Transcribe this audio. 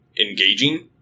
engaging –